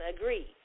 agree